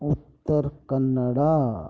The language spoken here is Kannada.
ಉತ್ತರ ಕನ್ನಡ